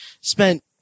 spent